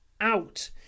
out